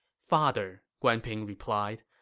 father, guan ping replied,